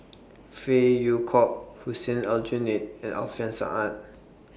Phey Yew Kok Hussein Aljunied and Alfian Sa'at